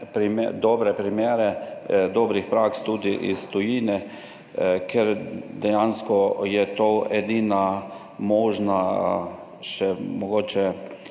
dobre primere dobrih praks tudi iz tujine, ker dejansko je to edini možen